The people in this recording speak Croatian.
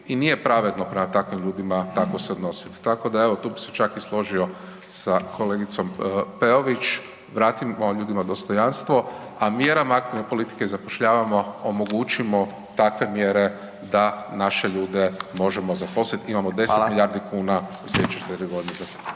i nije pravedno prema takvim ljudima tako se odnositi. Tako da evo tu bi se čak i složio sa kolegicom Peović, vratimo ljudima dostojanstvo, a mjerama aktivne politike zapošljavamo, omogućimo takve mjere da naše ljude možemo zaposliti. Imamo 10 milijardi kuna u slijedećih 4 godine.